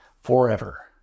forever